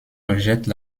rejettent